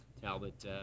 Talbot